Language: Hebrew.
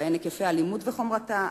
ובהן היקפי האלימות וחומרתה,